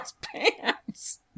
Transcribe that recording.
pants